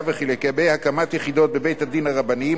וכי הקמת יחידות בבתי-הדין הרבניים,